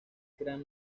crean